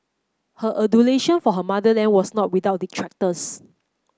her adulation for her motherland was not without detractors